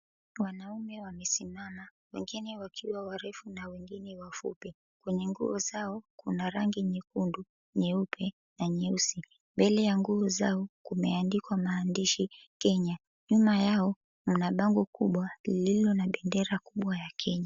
Wanaume wamesimama wengine wakiwa warefu na wengine wakiwa wafupi kwenye nguo zao kuna rangi nyekundu, nyeupe na nyeusi mbele ya nguo zao kumeandikwa maandishi, Kenya nyuma yao kuna bango kubwa lililo na bendera kubwa ya Kenya.